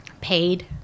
paid